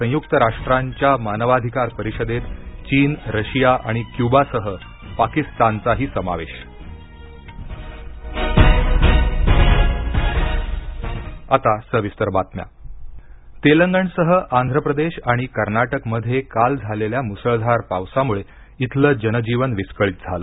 संय्क्त राष्ट्रांच्या मानवाधिकार परिषदेत चीनरशिया आणि क्य्बासह पाकिस्तानचाही समावेश तेलंगण पाऊस तेलंगणसह आंध्र प्रदेश आणि कर्नाटकमध्ये काल झालेल्या मुसळधार पावसामुळे इथलं जनजीवन विस्कळीत झालं